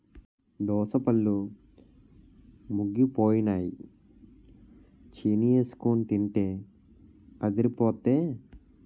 దోసపళ్ళు ముగ్గిపోయినై చీనీఎసికొని తింటే అదిరిపొద్దే